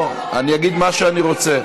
לא, אני אגיד מה שאני רוצה.